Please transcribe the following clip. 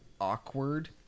awkward